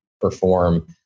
perform